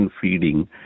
feeding